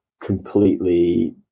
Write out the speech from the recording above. completely